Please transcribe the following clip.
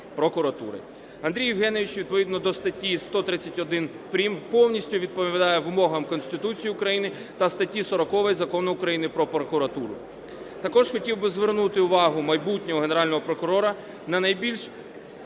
Андрій Євгенович відповідно до статті 131 прим. повністю відповідає вимогам Конституції України та статті 40 Закону України "Про прокуратуру". Також хотів би звернути увагу майбутнього Генерального прокурора на найбільш…